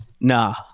Nah